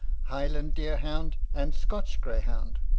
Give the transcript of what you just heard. highland deer-hound, and scotch greyhound,